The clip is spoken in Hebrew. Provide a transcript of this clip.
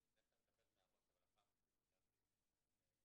אני בדרך כלל אני מדבר מהראש אבל הפעם כתבתי את הדברים.